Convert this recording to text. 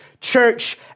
Church